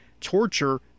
torture